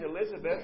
Elizabeth